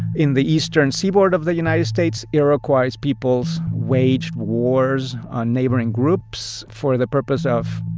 in the eastern seaboard of the united states, iroquois peoples waged wars on neighboring groups for the purpose of